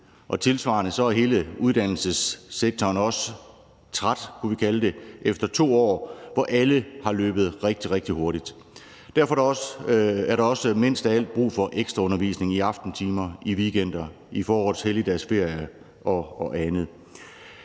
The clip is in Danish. og tilsvarende så er hele uddannelsessektoren også træt, kunne vi kalde det, efter 2 år, hvor alle har løbet rigtig, rigtig hurtigt. Derfor er der også mest af alt brug for ekstraundervisning i aftentimer, i weekender, i forårets helligdagsferier og andet.